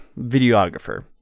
videographer